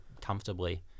comfortably